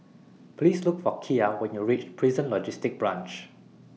Please Look For Kiya when YOU REACH Prison Logistic Branch